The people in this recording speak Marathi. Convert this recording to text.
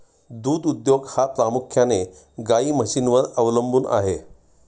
दूध उद्योग हा प्रामुख्याने गाई म्हशींवर अवलंबून आहे